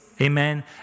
Amen